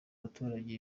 baturage